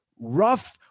rough